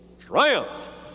Triumph